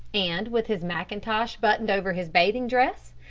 and with his mackintosh buttoned over his bathing dress,